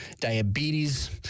diabetes